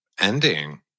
ending